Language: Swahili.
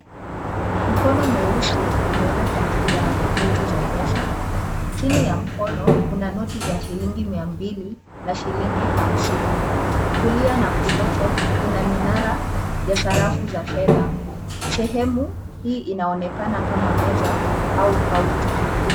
Mkono mweusi umewekwa juu ya noti za pesa, chini ya mkono, kuna noti za shilingi mia mbili na shilingi hamsini. Kulia na kushoto kuna minara ya sarafu za fedha. Sehemu hii inaonekana kama meza au kaunta.